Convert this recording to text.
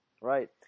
Right